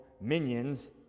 minions